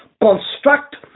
construct